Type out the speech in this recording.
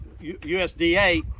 USDA